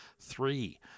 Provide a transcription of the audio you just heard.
Three